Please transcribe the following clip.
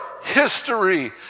history